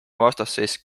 vastasseis